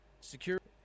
security